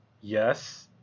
Yes